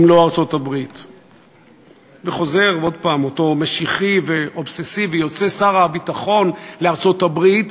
הוא פועל מתוך אובססיה לא מובנת ותחושה משיחית.